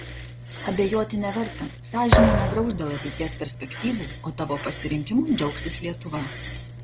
abejoti neverta sąžinė negrauš dėl ateities perspektyvų o tavo pasirinkimu džiaugsis lietuva